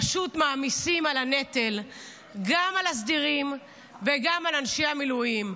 פשוט מעמיסים נטל גם על הסדירים וגם על אנשי המילואים,